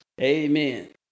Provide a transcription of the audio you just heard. Amen